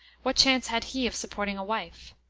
what chance had he of supporting a wife?